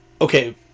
Okay